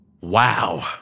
Wow